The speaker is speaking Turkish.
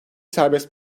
serbest